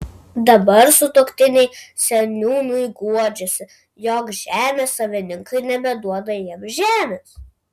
dabar sutuoktiniai seniūnui guodžiasi jog žemės savininkai nebeduoda jiems žemės